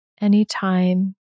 anytime